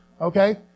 Okay